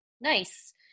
Nice